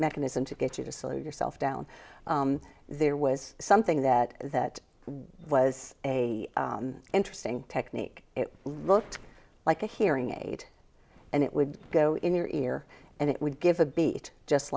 mechanism to get you to slow yourself down there was something that that was a interesting technique it looked like a hearing aid and it would go in your ear and it would give a beat just